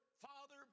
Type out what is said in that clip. Father